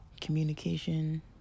communication